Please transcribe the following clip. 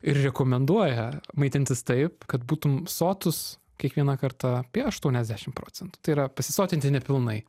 ir rekomenduoja maitintis taip kad būtum sotus kiekvieną kartą apie aštuoniasdešimt procentų tai yra pasisotinti nepilnai